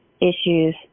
issues